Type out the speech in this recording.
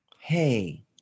Hey